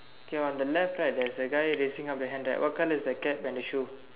okay on the left right there's the guy raising up the hand right what colour is the cap and the shoe